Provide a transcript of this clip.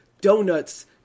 donuts